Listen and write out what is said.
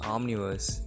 Omniverse